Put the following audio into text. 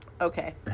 Okay